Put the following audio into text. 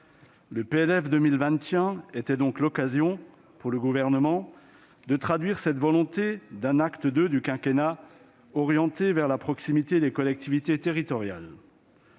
Le PLF pour 2021 était donc l'occasion pour le Gouvernement de traduire cette volonté d'un acte II du quinquennat orienté vers la proximité et les collectivités territoriales.